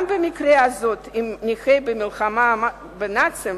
גם במקרה זה, של נכי המלחמה בנאצים,